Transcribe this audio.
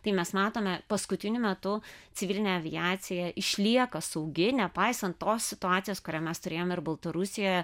tai mes matome paskutiniu metu civilinė aviacija išlieka saugi nepaisant tos situacijos kurią mes turėjome ir baltarusijoje